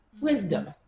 wisdom